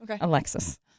Alexis